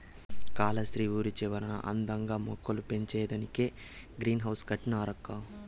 కాలస్త్రి ఊరి చివరన అందంగా మొక్కలు పెంచేదానికే గ్రీన్ హౌస్ కట్టినారక్కో